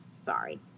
sorry